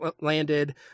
landed